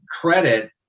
credit